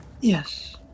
yes